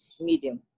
medium